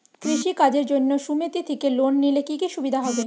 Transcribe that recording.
কৃষি কাজের জন্য সুমেতি থেকে লোন নিলে কি কি সুবিধা হবে?